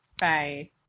Bye